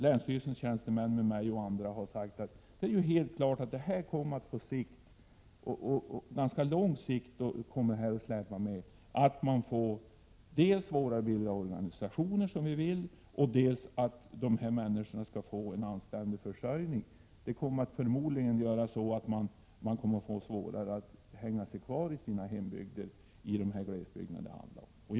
Länsstyrelsens tjänstemän och andra har liksom jag sagt att det är helt klart att detta kommer att släpa med på ganska lång sikt. Vi kommer att få svårare att bilda organisationer så som vi vill. Det kommer förmodligen att bli svårare för människorna i de glesbygder det handlar om att kunna stanna kvar i hembygden och få en anständig försörjning.